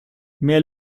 mehr